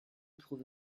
prouve